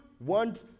want